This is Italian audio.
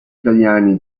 italiani